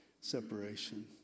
separation